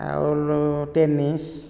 ଆଉ ଟେନିସ